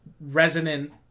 resonant